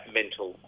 mental